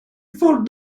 for